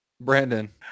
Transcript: Brandon